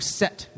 set